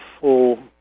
full